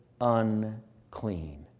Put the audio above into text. unclean